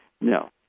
No